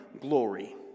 glory